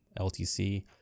LTC